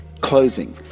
closing